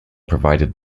provided